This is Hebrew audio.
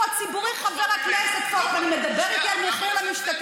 אני אדבר בנימוס.